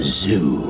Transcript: zoo